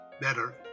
better